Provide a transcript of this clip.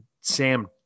Sam